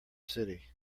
city